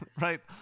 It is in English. Right